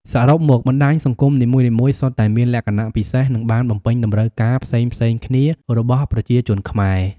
សរុបមក បណ្តាញសង្គមនីមួយៗសុទ្ធតែមានលក្ខណៈពិសេស និងបានបំពេញតម្រូវការផ្សេងៗគ្នារបស់ប្រជាជនខ្មែរ។